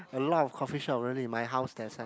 a lot of coffee shop really my house that side